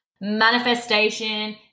manifestation